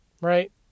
Right